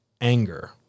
anger